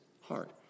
heart